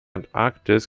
antarktis